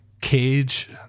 cage